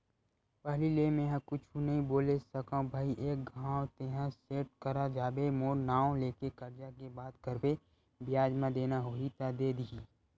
पहिली ले मेंहा कुछु नइ बोले सकव भई एक घांव तेंहा सेठ करा जाबे मोर नांव लेबे करजा के बात करबे बियाज म देना होही त दे दिही